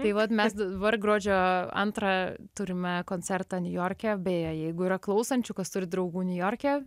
tai vat mes dabar gruodžio antrą turime koncertą niujorke beje jeigu yra klausančių kas turi draugų niujorke